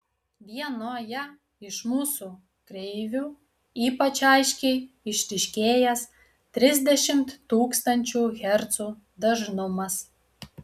vienoje iš mūsų kreivių ypač aiškiai išryškėjęs trisdešimt tūkstančių hercų dažnumas